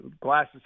Glasses